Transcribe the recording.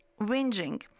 Whinging